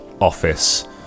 office